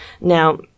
Now